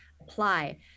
apply